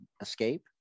escape